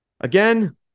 again